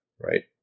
right